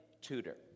tutor